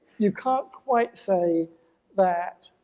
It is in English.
you can't quite say that,